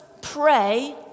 pray